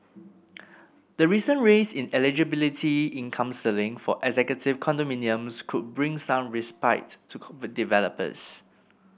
the recent raise in eligibility income ceiling for executive condominiums could bring some respite to developers